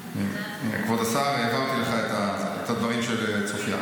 כבוד השר, העברתי לך את הדברים של צופיה.